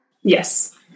Yes